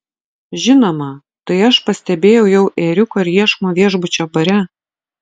žinoma tai aš pastebėjau jau ėriuko ir iešmo viešbučio bare